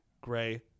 gray